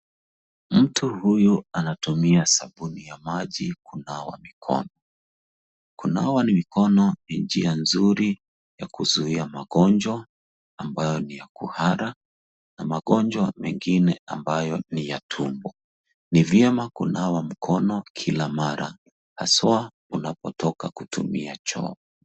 Mtu huyu anatumia sabuni ya Maji kunawa mikono. Kunawa mikono ninja nzuri ya kuzuia magonjwa ambayo ni ya kuhara na magonjwa mengine ambayo ni ya tumbo ni vyema kuna wa mikono kila mara hasta unapotoka kutumia choo.